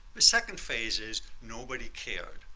the second phase is nobody cared.